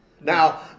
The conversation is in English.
Now